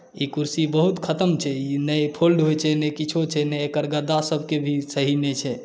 ई कुरसी बहुत खतम छै नहि फोल्ड होइत छै नहि किछो छै नहि एकर गद्दासभके भी सही नहि छै